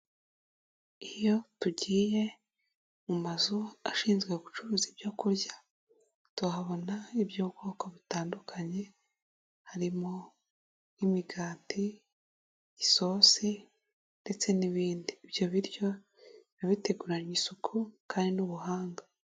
Iyo tugiye mu mazu ashinzwe gucuruza ibyo kurya tuhabona iby'ubwoko butandukanye harimo imigati, isosi ndetse n'ibindi, ibyo biryo biba biteguranywe isuku kandi n'ubuhanga.